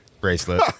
Bracelet